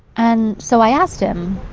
and so i asked him,